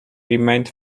remained